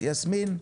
שאלות.